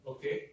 Okay